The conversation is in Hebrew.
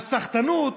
על סחטנות.